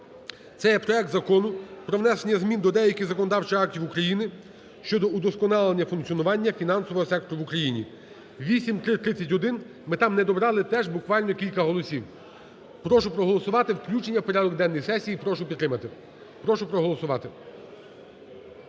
Це є проект Закону про внесення змін до деяких законодавчих актів України щодо удосконалення функціонування фінансового сектору в Україні. 8331, ми там недобрали теж буквально кілька голосів. Прошу проголосувати включення в порядок денний сесії, прошу підтримати, прошу проголосувати.